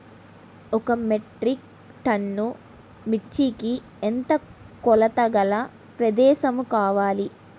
ఒక metric tonne మిర్చికి ఎంత కొలతగల ప్రదేశము కావాలీ?